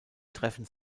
treffen